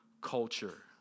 culture